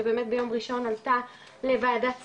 שבאמת ביום ראשון עלתה לוועדת שרים,